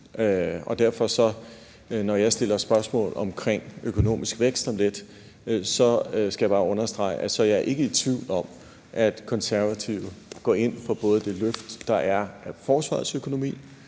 Ukraine, og når jeg stiller spørgsmål omkring økonomisk vækst om lidt, skal jeg derfor bare understrege, at så er jeg ikke i tvivl om, at Konservative går ind for både det løft, der er af forsvarets økonomi,